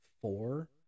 four